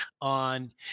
on